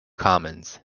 commons